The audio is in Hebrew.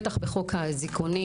בטח בחוק האזיקונים.